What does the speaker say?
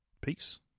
peace